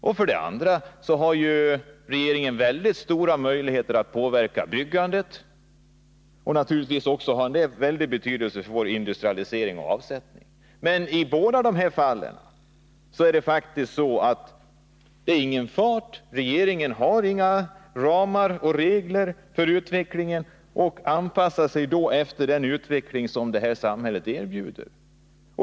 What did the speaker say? Vidare har ju regeringen stora möjligheter att påverka byggandet, och det har självfallet en mycket stor betydelse för vår I båda de här fallen är det faktiskt ingen fart, regeringen har inga ramar och regler för utvecklingen och anpassar sig då efter den utveckling som det här samhället erbjuder.